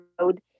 road